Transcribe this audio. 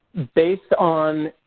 based on